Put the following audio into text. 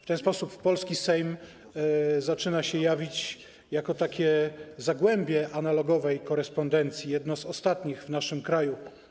W ten sposób polski Sejm zaczyna się jawić jako zagłębie analogowej korespondencji, jedno z ostatnich w naszym kraju.